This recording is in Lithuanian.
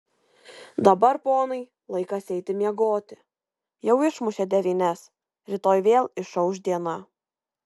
dabar ponai laikas eiti miegoti jau išmušė devynias rytoj vėl išauš diena